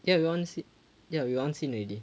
ya we were on the sce~ ya we were on scene already